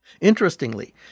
Interestingly